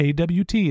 AWT